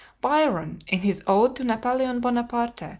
byron, in his ode to napoleon bonaparte,